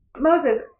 Moses